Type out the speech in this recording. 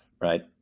right